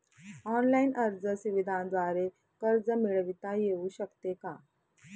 Online अर्ज सुविधांद्वारे कर्ज मिळविता येऊ शकते का?